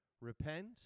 Repent